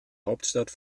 hauptstadt